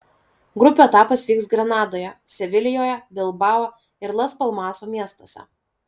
grupių etapas vyks granadoje sevilijoje bilbao ir las palmaso miestuose